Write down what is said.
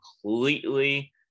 completely